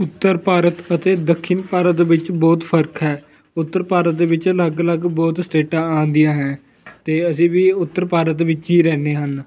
ਉੱਤਰ ਭਾਰਤ ਅਤੇ ਦੱਖਿਮ ਭਾਰਤ ਵਿੱਚ ਬਹੁਤ ਫਰਕ ਹੈ ਉੱਤਰ ਭਾਰਤ ਦੇ ਵਿੱਚ ਅਲੱਗ ਅਲੱਗ ਬਹੁਤ ਸਟੇਟਾਂ ਆਉਂਦੀਆਂ ਹੈ ਅਤੇ ਅਸੀਂ ਵੀ ਉੱਤਰ ਭਾਰਤ ਵਿੱਚ ਹੀ ਰਹਿੰਦੇ ਹਨ